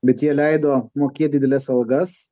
bet jie leido mokėt dideles algas